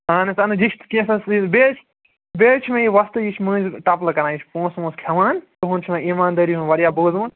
پانَس آو مےٚ بیٚیہِ حظ بیٚیہِ حظ چھِ مےٚ یہِ وۄستہٕ یہِ چھُ مٔنٛزۍ ٹَپلہٕ کران یہِ چھِ پونٛسہٕ وونٛسہٕ کھٮ۪وان تُہُنٛد چھُ مےٚ ایٖماندٲری ہُنٛد واریاہ بوٗزمُت